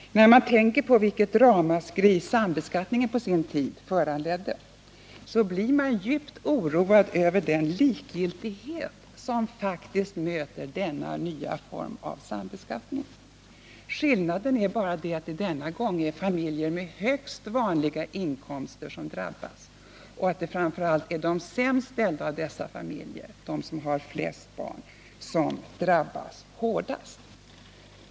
När man tänker på vilket ramaskri sambeskattningen på sin tid föranledde, blir man djupt oroad över den likgiltighet som faktiskt möter denna nya form av sambeskattning. Skillnaden är bara den att det denna gång är familjer med högst vanliga inkomster och då framför allt de sämst ställda av dessa familjer — de som har de flesta barnen — som drabbas hårdast.